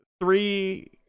three